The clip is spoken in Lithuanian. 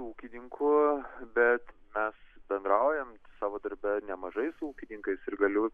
ūkininkų bet mes bendraujam savo darbe nemažai su ūkininkais ir galiu